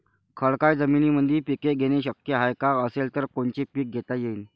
खडकाळ जमीनीमंदी पिके घेणे शक्य हाये का? असेल तर कोनचे पीक घेता येईन?